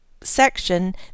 section